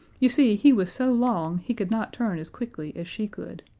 you see, he was so long he could not turn as quickly as she could.